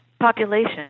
population